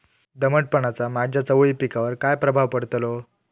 दमटपणाचा माझ्या चवळी पिकावर काय प्रभाव पडतलो?